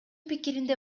пикиринде